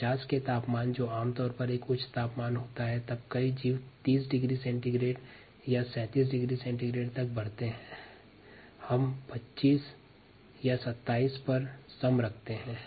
50 के तापमान पर जो आमतौर पर एक उच्च तापमान होता है तब कई जीव 30 डिग्री सेंटीग्रेड या 37 डिग्री सेंटीग्रेड तक वृद्धि करते हैं